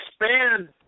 expand